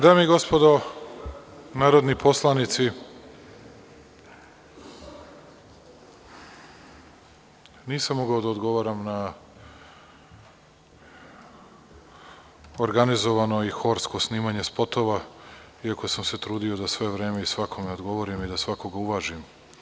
Dame i gospodo narodni poslanici, nisam mogao da odgovaram na organizovano i horsko snimanje spotova, iako sam se trudio da sve vreme i svakome odgovorim i da svakoga uvažim.